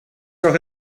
rock